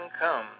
come